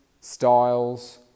styles